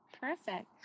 Perfect